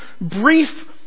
brief